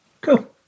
Cool